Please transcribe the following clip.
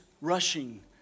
rushing